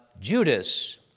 Judas